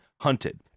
hunted